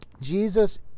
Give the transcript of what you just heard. Jesus